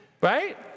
Right